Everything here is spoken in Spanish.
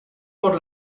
por